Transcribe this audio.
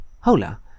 Hola